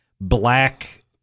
black